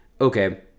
okay